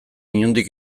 inondik